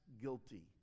guilty